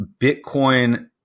Bitcoin